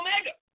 Omega